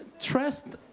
trust